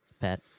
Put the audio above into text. Pat